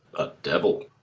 a devil.